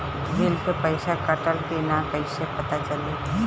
Bill के पइसा कटल कि न कइसे पता चलि?